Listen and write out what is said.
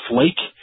Flake